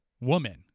woman